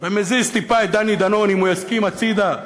ומזיז טיפה את דני דנון, אם הוא יסכים, הצדה,